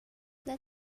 let